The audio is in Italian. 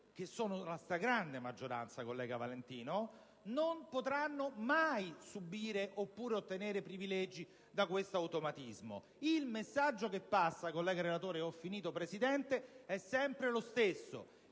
- e sono la stragrande maggioranza, collega Valentino - non potranno mai subire oppure ottenere privilegi da questo automatismo. Il messaggio che passa, collega relatore, è sempre lo stesso: